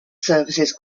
services